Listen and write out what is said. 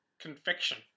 confection